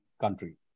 country